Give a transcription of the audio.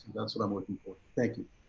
that's what i'm looking for. thank you.